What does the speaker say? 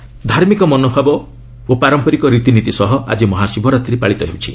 ମହାଶିବରାତ୍ରୀ ଧାର୍ମିକ ମନୋଭାବ ଓ ପାରମ୍ପରିକ ରୀତିନୀତି ସହ ଆଜି ମହାଶିବରାତ୍ରୀ ପାଳିତ ହେଉଛି